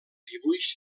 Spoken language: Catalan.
dibuix